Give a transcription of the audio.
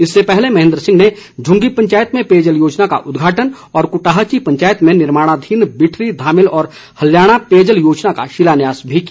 इससे पहले महेन्द्र सिंह ने झूंगी पंचायत में पेयजल योजना का उद्घाटन और कुटाहची पंचायत में निर्माणाधीन बिठरी धामिल व हल्याणा पेयजल योजना का शिलान्यास भी किया